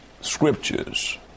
scriptures